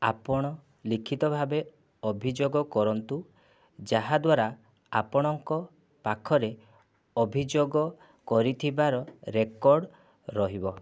ଆପଣ ଲିଖିତ ଭାବେ ଅଭିଯୋଗ କରନ୍ତୁ ଯାହାଦ୍ୱାରା ଆପଣଙ୍କ ପାଖରେ ଅଭିଯୋଗ କରିଥିବାର ରେକର୍ଡ଼୍ ରହିବ